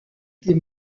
des